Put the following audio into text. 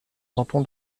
canton